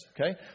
okay